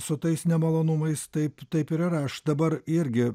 su tais nemalonumais taip taip ir yra aš dabar irgi